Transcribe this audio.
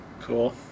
Cool